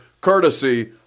courtesy